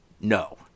No